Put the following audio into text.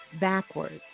backwards